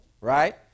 Right